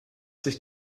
sich